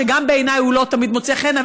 שגם בעיניי הוא לא תמיד מוצא חן,